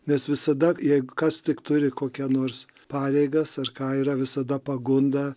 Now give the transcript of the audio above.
nes visada jei kas tik turi kokią nors pareigas ar ką yra visada pagunda